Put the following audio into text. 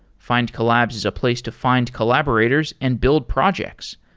findcollabs is a place to find collaborators and build projects.